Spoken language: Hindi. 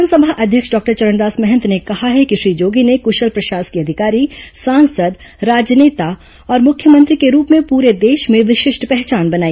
विधानसभा अध्यक्ष डॉक्टर चरणदास महंत ने कहा है कि श्री जोगी ने कुशल प्रशासकीय अधिकारी सांसद राजनेता और मुख्यमंत्री के रूप में पूरे देश में विशिष्ट पहचान बनाई